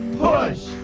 push